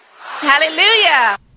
hallelujah